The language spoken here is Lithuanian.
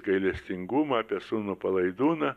gailestingumą apie sūnų palaidūną